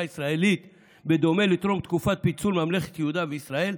הישראלית בדומה לטרום תקופת פיצול ממלכת יהודה וישראל?